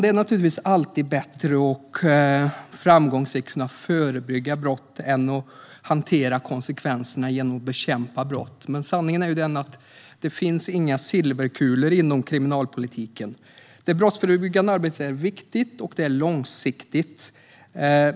Det är naturligtvis alltid bättre att framgångsrikt kunna förebygga brott än att hantera konsekvenserna genom att bekämpa brott. Men sanningen är att det inte finns några silverkulor inom kriminalpolitiken. Det brottsförebyggande arbetet är viktigt, och det är långsiktigt.